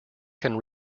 can